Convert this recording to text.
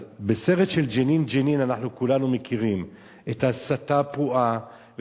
בסרט "ג'נין ג'נין" אנחנו כולנו מכירים את ההסתה הפרועה,